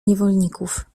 niewolników